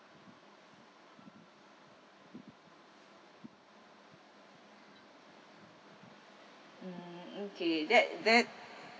mm okay that that